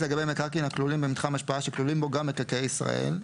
לגבי מקרקעין הכלולים במתחם השפעה שכלולים בו גם מקרקעי ישראל,